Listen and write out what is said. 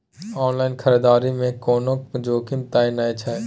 Online खरीददारी में कोनो जोखिम त नय छै?